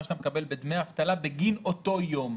שאתה מקבל בדמי האבטלה בגין אותו יום.